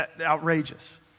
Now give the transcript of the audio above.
outrageous